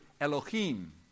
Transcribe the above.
Elohim